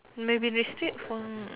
maybe they sleep what